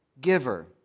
giver